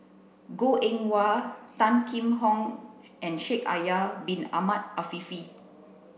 Goh Eng Wah Tan Kheam Hock and Shaikh Yahya bin Ahmed Afifi